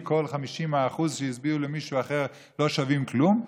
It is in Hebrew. וכל ה-50% שהצביעו למישהו אחר לא שווים כלום,